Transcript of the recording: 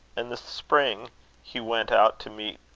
and the spring he went out to meet,